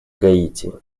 гаити